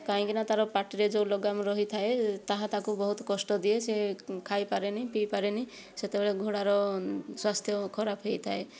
କାହିଁକିନା ତା'ର ପାଟିରେ ଯେଉଁ ଲଗାମ ରହିଥାଏ ତାହା ତାକୁ ବହୁତ କଷ୍ଟ ଦିଏ ସେ ଖାଇ ପାରେନାହିଁ ପିଇ ପାରେନାହିଁ ସେତେବେଳେ ଘୋଡ଼ାର ସ୍ୱାସ୍ଥ୍ୟ ଖରାପ ହୋଇଥାଏ